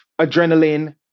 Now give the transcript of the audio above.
adrenaline